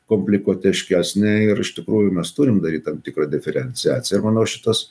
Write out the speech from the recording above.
komplikuotiškesnė ir iš tikrųjų mes turim daryt tam tikrą diferenciaciją ir manau šitas